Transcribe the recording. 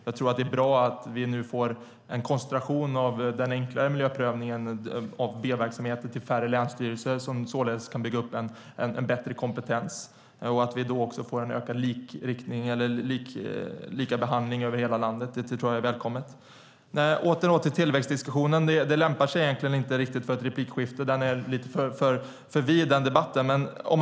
Det är även bra att vi får en koncentration av den enklare miljöprövningen av B-verksamheter till färre länsstyrelser som således kan bygga upp en bättre kompetens. Då får vi en ökad likabehandling över hela landet, vilket är välkommet. Åter till tillväxtdiskussionen. Den debatten lämpar sig inte riktigt för ett replikskifte eftersom den är lite för vid.